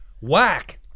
whack